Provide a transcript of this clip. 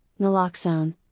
naloxone